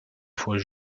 fois